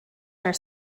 their